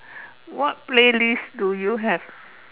what playlist do you have